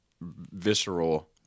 visceral